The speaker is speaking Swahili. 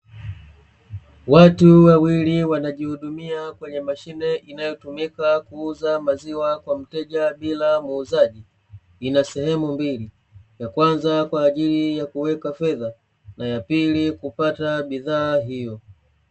Watu wawili wanajihudumia kwenye mashine inayotumika kuuza maziwa kwa mteja bila muuzaji, ina sehemu mbili; ya kwanza kwa ajili ya kuweka fedha na yapili kupata bidhaa hiyo.